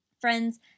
Friends